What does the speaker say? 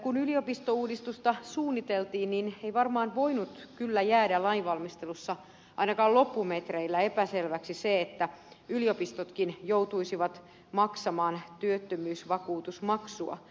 kun yliopistouudistusta suunniteltiin niin ei varmaan voinut kyllä jäädä lainvalmistelussa ainakaan loppumetreillä epäselväksi se että yliopistotkin joutuisivat maksamaan työttömyysvakuutusmaksua